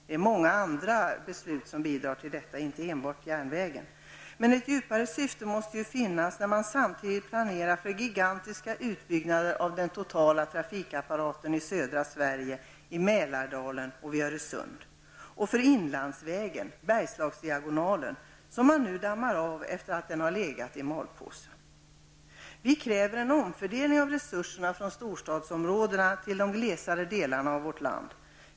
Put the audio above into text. Det är många andra beslut som bidrar till detta och inte bara de som gäller järnvägen. Men ett djupare syfte måste finnas när man samtidigt planerar för gigantiska utbyggnader av den totala trafikapparaten i södra Sverige, i Mälardalen och Bergslagsdiagonalen, som man nu dammar av efter det att den har legat i malpåse. Vi kräver en omfördelning av resurserna från storstadsområdena till de glesare delarna av vårt land.